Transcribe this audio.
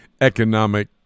economic